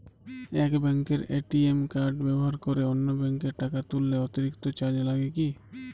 এক ব্যাঙ্কের ATM card ব্যবহার করে অন্য ব্যঙ্কে টাকা তুললে অতিরিক্ত চার্জ লাগে কি?